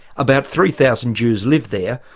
about three thousand jews live there,